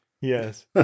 Yes